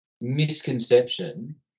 misconception